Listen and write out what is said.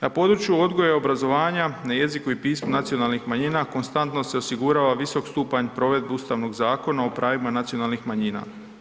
Na području odgoja i obrazovanja, na jeziku i pismu nacionalnih manjina konstantno se osigurao visok stupanj provedbe Ustavnog zakona o pravima nacionalnih manjina.